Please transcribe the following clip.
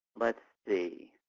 let's see.